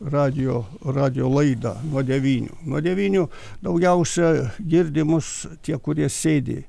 radijo radijo laidą nuo devynių nuo devynių daugiausia girdi mus tie kurie sėdi